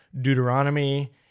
Deuteronomy